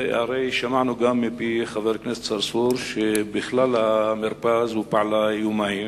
הרי שמענו גם מפי חבר הכנסת צרצור שבכלל המרפאה הזו פעלה יומיים,